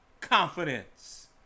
confidence